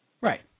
Right